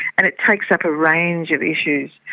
and it takes up a range of issues,